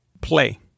play